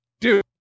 dude